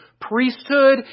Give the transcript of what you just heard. priesthood